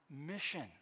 mission